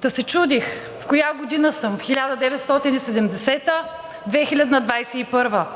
Та се чудих: в коя година съм – в 1970 г. или в 2021 г.?!